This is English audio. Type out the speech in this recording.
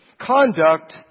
Conduct